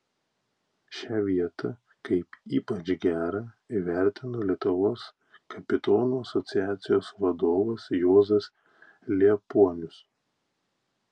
šią vietą kaip ypač gerą įvertino lietuvos kapitonų asociacijos vadovas juozas liepuonius